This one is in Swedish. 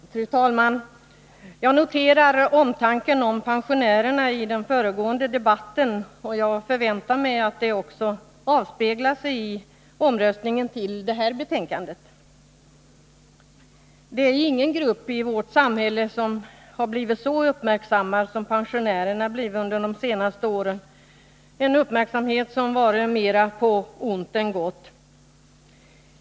Fru talman! Jag noterar omtanken om pensionärerna i föregående debatt. Jag förväntar mig att denna omtanke också kommer att avspegla sig i omröstningen med anledning av det betänkande från socialförsäkringsutskottet som vi nu behandlar. Ingen grupp i vårt samhälle har under de senaste åren blivit så uppmärksammad som pensionärerna — en uppmärksamhet som varit mera på ont än på gott.